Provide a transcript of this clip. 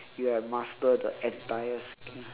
you have master the entire